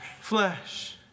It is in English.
flesh